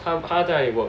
他他在 work